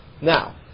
Now